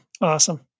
Awesome